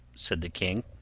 said the king.